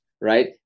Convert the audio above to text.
right